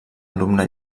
alumne